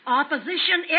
opposition